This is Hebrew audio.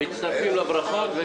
מצטרפים לברכות.